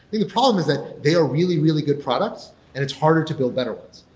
the the problem is that they are really really good products and it's harder to build better ones.